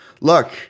Look